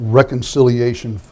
reconciliation